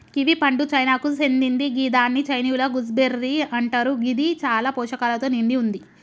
kiwi పండు చైనాకు సేందింది గిదాన్ని చైనీయుల గూస్బెర్రీ అంటరు గిది చాలా పోషకాలతో నిండి వుంది